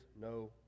no